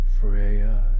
Freya